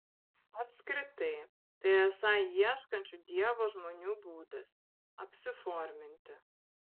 apskritai tai esą ieškančių dievo žmonių būdas apsiforminti